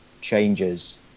changes